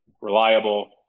reliable